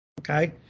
Okay